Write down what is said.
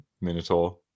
Minotaur